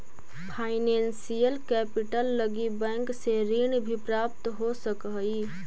financial capital लगी bank से ऋण भी प्राप्त हो सकऽ हई